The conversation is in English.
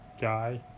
Guy